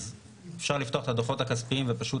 אז אפשר לפתוח את הדוחות הכספיים ופשוט